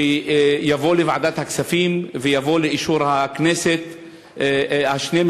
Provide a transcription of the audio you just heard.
שיביאו לוועדת הכספים ולאישור הכנסת 2.2